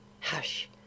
hush